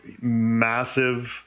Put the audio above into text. massive